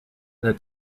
the